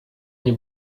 nie